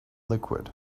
liquid